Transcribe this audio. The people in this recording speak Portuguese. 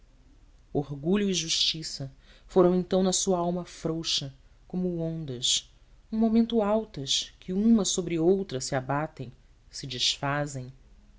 e justiça foram então na sua alma frouxa como ondas um momento altas que uma sobre outra se abatem se desfazem